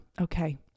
Okay